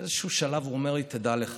באיזשהו שלב הוא אומר לי: תדע לך,